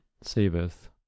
saveth